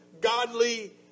godly